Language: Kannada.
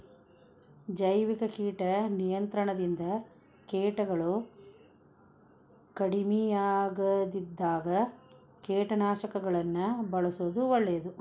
ಜೈವಿಕ ಕೇಟ ನಿಯಂತ್ರಣದಿಂದ ಕೇಟಗಳು ಕಡಿಮಿಯಾಗದಿದ್ದಾಗ ಕೇಟನಾಶಕಗಳನ್ನ ಬಳ್ಸೋದು ಒಳ್ಳೇದು